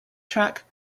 track